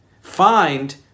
Find